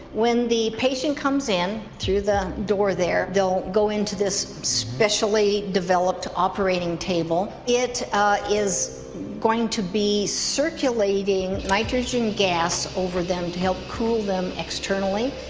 when the patient comes in through the door there, they'll go into this specially developed operating table, it is going to be circulating nitrogen gas over them to help cool them externally.